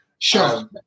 Sure